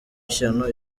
ishyano